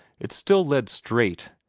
it still led straight,